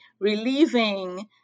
relieving